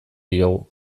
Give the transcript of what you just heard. diogu